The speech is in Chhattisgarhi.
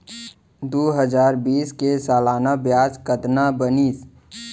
दू हजार बीस के सालाना ब्याज कतना बनिस?